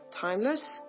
Timeless